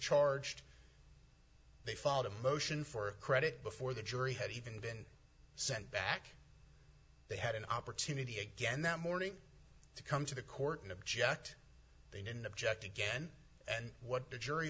charged they filed a motion for credit before the jury had even been sent back they had an opportunity again that morning to come to the court and object they didn't object again and what